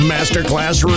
Masterclass